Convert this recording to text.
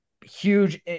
huge –